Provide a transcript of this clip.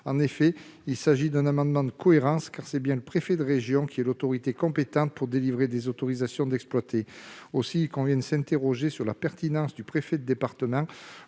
de refus. Il s'agit d'un amendement de cohérence : c'est bien le préfet de région qui est l'autorité compétente pour délivrer des autorisations d'exploiter. Aussi convient-il de s'interroger sur la compétence du préfet de département